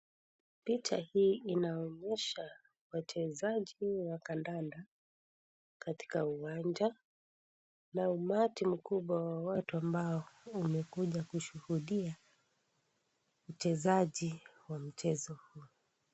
Picha hii inaonyesha wachezaji wa kandanda katika uwanja, na umati mkubwa wa mashabiki ambao umekuja kushuhudia wachezaji wa mchezo huu.